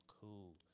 cool